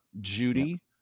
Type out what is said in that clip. Judy